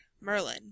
Merlin